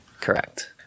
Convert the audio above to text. Correct